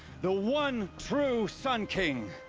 the one true sun king!